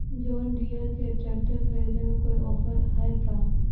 जोन Deere के tractor खरिदे में कोई औफर है का?